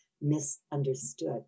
misunderstood